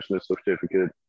certificate